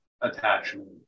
attachment